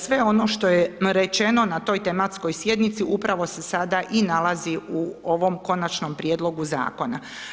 Sve ono što je rečeno na toj tematskoj sjednici upravo se sada i nalazi u ovom Konačnom prijedlogu Zakona.